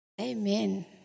Amen